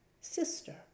sister